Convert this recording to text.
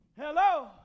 hello